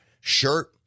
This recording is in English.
shirt